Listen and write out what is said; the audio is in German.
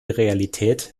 realität